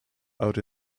out